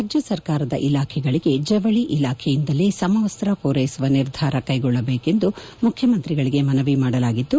ರಾಜ್ಯ ಸರ್ಕಾರದ ಇಲಾಖೆಗಳಿಗೆ ಜವಳಿ ಇಲಾಖೆಯಿಂದಲೇ ಸಮವಸ್ತ ಪೂರೈಸುವ ನಿರ್ಧಾರ ಕೈಗೊಳ್ಳಬೇಕೆಂದು ಮುಖ್ಖಮಂತ್ರಿಗಳಿಗೆ ಮನವಿ ಮಾಡಲಾಗಿದ್ದು